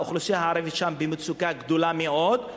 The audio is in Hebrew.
האוכלוסייה הערבית שם במצוקה גדולה מאוד,